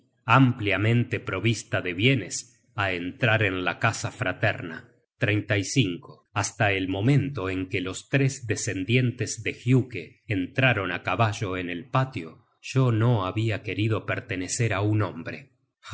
ampliamente provista de bienes á entrar en la casa fraterna hasta el momento en que los tres descendientes de giuke entraron á caballo en el patio yo no habia querido pertenecer á un hombre